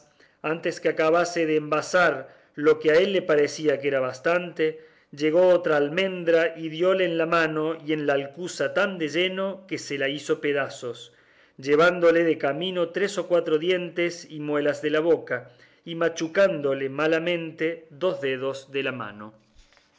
antes que acabase de envasar lo que a él le parecía que era bastante llegó otra almendra y diole en la mano y en el alcuza tan de lleno que se la hizo pedazos llevándole de camino tres o cuatro dientes y muelas de la boca y machucándole malamente dos dedos de la mano